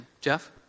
Jeff